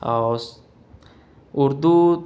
اور اردو